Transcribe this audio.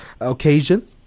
occasion